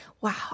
Wow